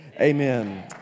amen